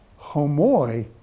Homoi